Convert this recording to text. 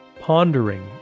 pondering